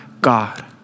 God